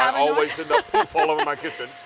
um always all over my kitchen.